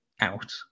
out